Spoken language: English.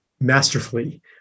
masterfully